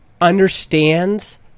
understands